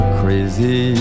crazy